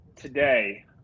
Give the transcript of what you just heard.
Today